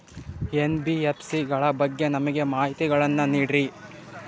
NBFC ಗಳ ಬಗ್ಗೆ ನಮಗೆ ಮಾಹಿತಿಗಳನ್ನ ನೀಡ್ರಿ?